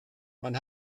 man